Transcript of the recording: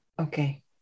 Okay